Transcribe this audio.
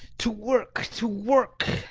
to work! to work!